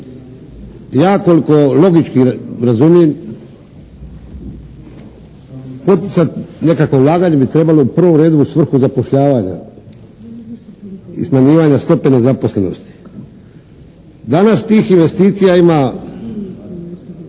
Ja koliko logički razumijem, poticati nekakva ulaganja bi trebalo u prvom redu u svrhu zapošljavanja i smanjivanja stope nezaposlenosti. Danas tih investicija ima